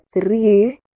three